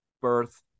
birth